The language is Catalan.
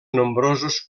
nombrosos